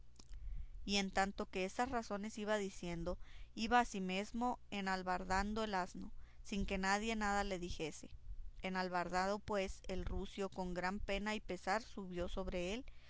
y en tanto que estas razones iba diciendo iba asimesmo enalbardando el asno sin que nadie nada le dijese enalbardado pues el rucio con gran pena y pesar subió sobre él